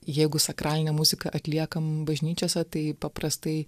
jeigu sakralinę muziką atliekam bažnyčiose tai paprastai